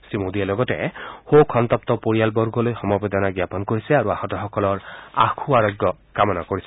শ্ৰীমোদীয়ে লগতে শোকসন্তগু পৰিয়ালবৰ্গলৈ সমবেদনা জাপন কৰিছে আৰু আহতসকলৰ আশু আৰোগ্য কামনা কৰিছে